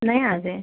नए आ गये